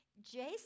Jason